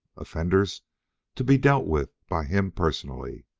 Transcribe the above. offenders to be dealt with by him personally.